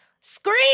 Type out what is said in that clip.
scream